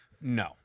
no